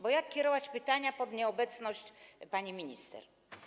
Bo jak zadawać pytania pod nieobecność pani minister?